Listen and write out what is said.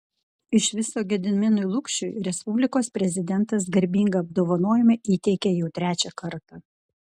iš viso gediminui lukšiui respublikos prezidentas garbingą apdovanojimą įteikė jau trečią kartą